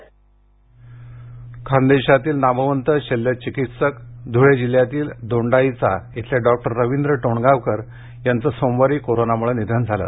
निधन धळे खान्देशातील नामवंत शल्यचिकित्सक धुळे जिल्ह्यातील दोंडाईचा इथले डॉक्टर रविंद्र टोणगावकर यांचं सोमवारी कोरोनामुळे निधन झालं